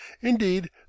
indeed